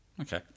Okay